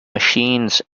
machines